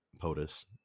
POTUS